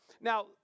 Now